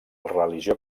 religió